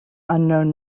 unknown